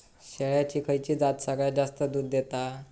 शेळ्यांची खयची जात सगळ्यात जास्त दूध देता?